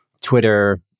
Twitter